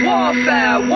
Warfare